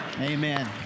Amen